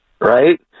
Right